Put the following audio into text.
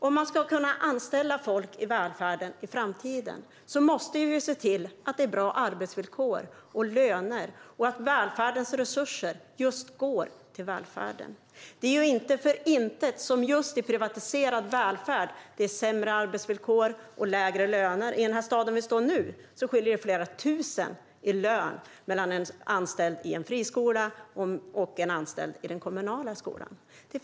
Om man ska kunna anställa folk i välfärden i framtiden måste vi se till att det finns bra arbetsvillkor och löner och att välfärdens resurser går till just välfärden. Det är inte för inte som det i just privatiserad välfärd är sämre arbetsvillkor och lägre löner. I den här staden där vi står nu skiljer det flera tusen i lön mellan en anställd i en friskola och en anställd i den kommunala skolan.